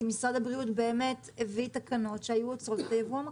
כי משרד הבריאות באמת הביא תקנות שהיו עוצרות את היבוא המקביל.